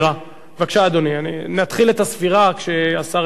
בבקשה, אדוני, נתחיל את הספירה כשהשר ארדן ייכנס,